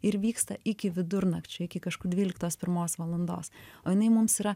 ir vyksta iki vidurnakčio iki kažkur dvyliktos pirmos valandos o jinai mums yra